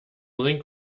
ring